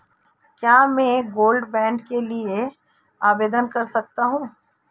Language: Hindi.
क्या मैं गोल्ड बॉन्ड के लिए आवेदन कर सकता हूं?